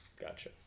Gotcha